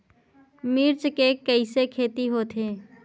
मिर्च के कइसे खेती होथे?